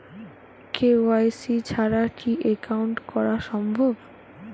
KYC ছাড়া কি account করা সম্ভব?